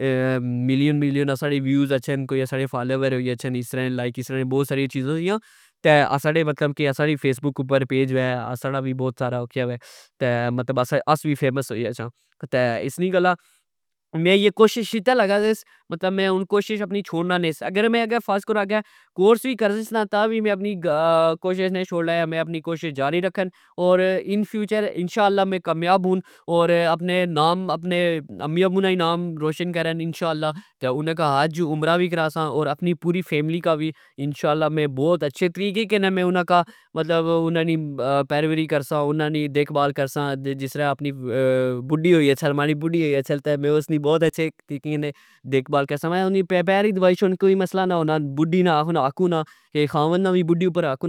اے ملین ملین ساڑے وی ویو اچھن کوئی ساڑے فالور ہوئی گچھن اسرہ نے لائک بوت ساریا چیزاسیا تہ اسا نے مطلب اسا نی فیس بک اپر پیج وہ ساڑا وی مطلب آس وی فیمس ہوئی گچھا تہ اسنی گلہ میں اے کوشش اتھہ لگا سا س کہ میں مطلب کوشش اپنی چھوڑنا نیس ہن میں اگہ مطلب فرض کرو کورس وی کرسیس نا تا وی میں اپنی کوشش نا چھوڑنا میں کوشش اپنی جاری رکھن اور ان فیوچر انشااللہ میں کمیاب ہون تہ اپنا ناپ اپنے امی ابو نا نام وی نام روشن کرا انشااللہ تہ انا کی حج عمرہ وی کراسا تہ اپنی پوری فیملی کا وی انشااللہ بوت اچھے طریقے کے میں انا کا مطلب انا نی پیروی کرسا انا نی دیکھ بال کرسا جسرہ اپنی بڈی ہوئی گچھہ ماڑی بڈی ہوئی گچہ میں اسنی بوت اچھے طریقے نی دیکھ بال کرسا میں اسنے پیر وی دبائی شوڑا کوئی مصلہ نا ہونا بڈی نا حق ہونا خاوند نا وی بڈی اپر حق